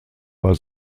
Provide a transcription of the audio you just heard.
war